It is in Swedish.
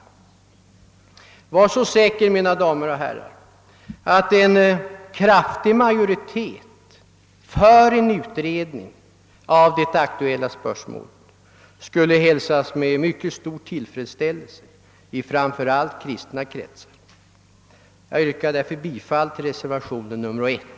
Ty var så säkra, mina damer och herrar, att en kraftig majoritet för en utredning av det aktuella spörsmålet skulle hälsas med mycket stor tillfredsställelse i framför allt kristna kretsar! Jag yrkar bifall till reservationen 1.